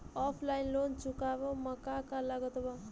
Offline loan चुकावे म का का लागत बा?